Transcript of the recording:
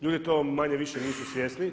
Ljudi to manje-više nisu svjesni.